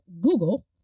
Google